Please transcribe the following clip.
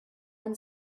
one